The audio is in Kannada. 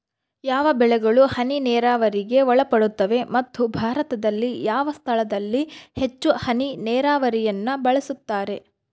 ಯಾವ ಬೆಳೆಗಳು ಹನಿ ನೇರಾವರಿಗೆ ಒಳಪಡುತ್ತವೆ ಮತ್ತು ಭಾರತದಲ್ಲಿ ಯಾವ ಸ್ಥಳದಲ್ಲಿ ಹೆಚ್ಚು ಹನಿ ನೇರಾವರಿಯನ್ನು ಬಳಸುತ್ತಾರೆ?